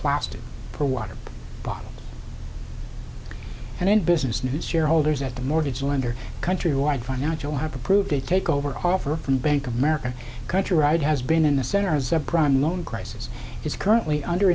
plastic for water bottles and in business news shareholders at the mortgage lender countrywide financial have approved a takeover offer from bank of america country ride has been in the center as a prime loan crisis is currently under